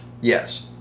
Yes